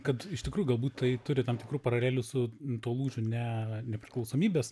kad iš tikrųjų galbūt tai turi tam tikrų paralelių su tuo lūžiu ne nepriklausomybės